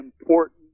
important